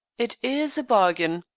it is a bargain.